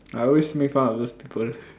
I always make fun of those people